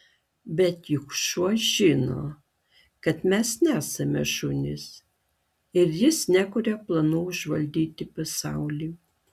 bet juk šuo žino kad mes nesame šunys ir jis nekuria planų užvaldyti pasaulį